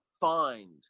find